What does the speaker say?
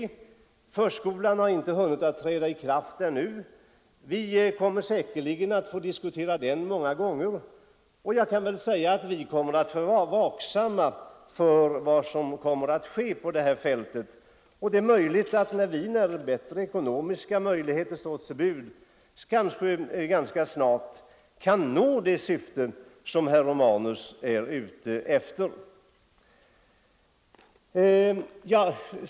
Lagstiftningen om allmän förskola har inte hunnit träda i kraft ännu. Vi kommer säkerligen att få diskutera den många gånger här i riksdagen. Vi kommer att vara vaksamma för vad som kommer att ske på detta fält. Det är möjligt att vi, när bättre ekonomiska möjligheter står oss till buds, ganska snart kan nå det syfte som herr Romanus är ute efter.